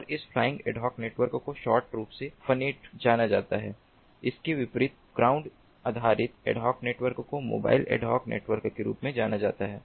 और इस flying ad hoc network को शॉर्ट रूप में फ़नेट जाना जाता है इसके विपरीत ग्राउंड आधारित एड हॉक नेटवर्क को मोबाइल एड हॉक नेटवर्क के रूप में जाना जाता है